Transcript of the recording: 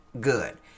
good